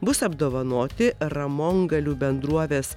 bus apdovanoti ramongalių bendrovės